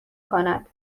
کند